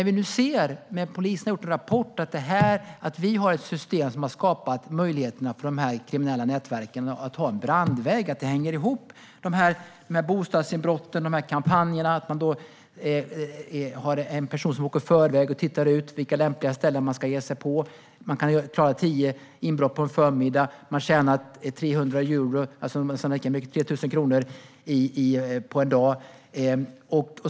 Vi ser nu i polisens rapport att vi har ett system som har skapat möjligheter för dessa kriminella nätverk att ha en brandvägg och att detta hänger ihop med bostadsinbrott och kampanjer där en person åker i förväg och tittar ut lämpliga ställen att ge sig på. Man kan klara tio inbrott på en förmiddag och tjäna 300 euro, det vill säga 3 000 kronor, på en dag.